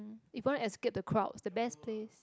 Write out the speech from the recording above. if want escape the crowd the best place